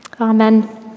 Amen